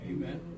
Amen